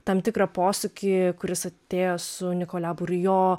tam tikrą posūkį kuris atėjo su nikolia burjo